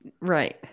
right